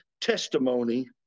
testimony